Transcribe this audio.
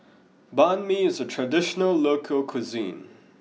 Banh Mi is a traditional local cuisine